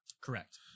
Correct